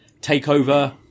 takeover